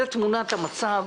זו תמונת המצב,